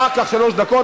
שלוש דקות,